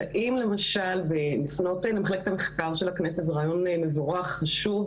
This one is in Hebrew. לבוא פעם בשנה לדווח לוועדה,